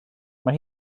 mae